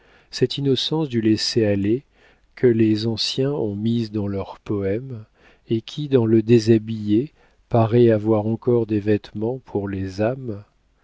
cette innocence du laisser-aller que les anciens ont mise dans leurs poèmes et qui dans le déshabillé paraît avoir encore des vêtements pour les âmes